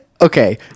okay